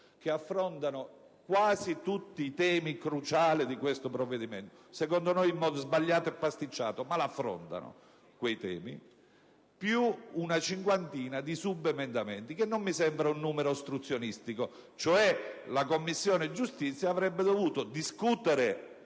ma affrontano quasi tutti i temi cruciali di questo provvedimento, anche se - secondo noi - in modo sbagliato e pasticciato, ma li affrontano, più una cinquantina di subemendamenti, che non mi sembra un numero ostruzionistico. In sostanza, la Commissione giustizia avrebbe dovuto esaminare